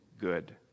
good